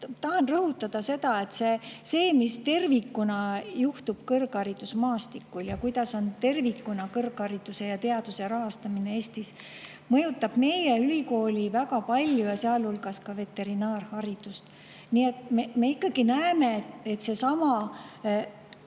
tahan rõhutada, et see, mis tervikuna juhtub kõrgharidusmaastikul ja milline on üldse kõrghariduse ja teaduse rahastamine Eestis, mõjutab meie ülikooli väga palju, sealhulgas veterinaarharidust. Nii et me ikkagi näeme, et seesama